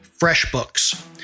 FreshBooks